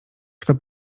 kto